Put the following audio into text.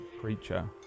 creature